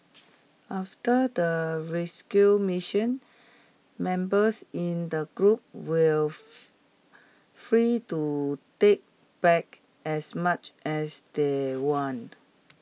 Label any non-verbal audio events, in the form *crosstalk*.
after the rescue mission members in the group were *unintelligible* free to take back as much as they wanted